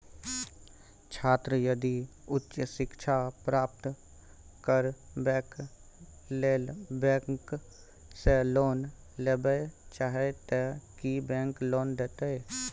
छात्र यदि उच्च शिक्षा प्राप्त करबैक लेल बैंक से लोन लेबे चाहे ते की बैंक लोन देतै?